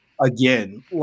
again